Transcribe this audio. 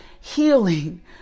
healing